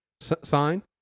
sign